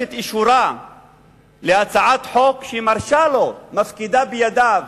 את אישורה להצעת חוק שמפקידה בידיו